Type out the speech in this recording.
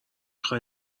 خوای